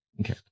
Okay